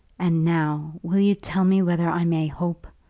and now, will you tell me whether i may hope.